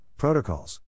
protocols